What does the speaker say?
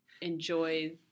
enjoy